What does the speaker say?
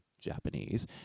Japanese